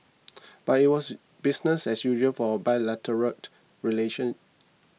but it was business as usual for bilateral relations